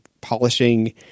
polishing